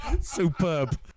Superb